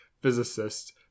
physicist's